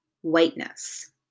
Whiteness